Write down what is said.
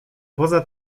poza